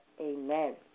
Amen